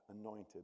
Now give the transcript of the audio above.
anointed